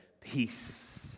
peace